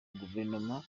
guverinoma